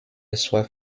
soit